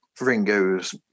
Ringo's